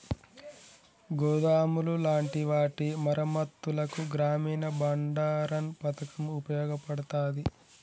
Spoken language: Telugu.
గోదాములు లాంటి వాటి మరమ్మత్తులకు గ్రామీన బండారన్ పతకం ఉపయోగపడతాది